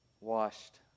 washed